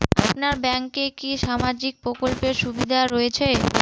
আপনার ব্যাংকে কি সামাজিক প্রকল্পের সুবিধা রয়েছে?